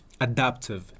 adaptive